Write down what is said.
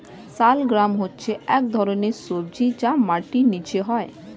শালগ্রাম হচ্ছে এক ধরনের সবজি যা মাটির নিচে হয়